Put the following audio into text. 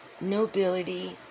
nobility